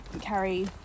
carry